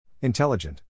Intelligent